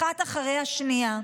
אחת אחרי השנייה.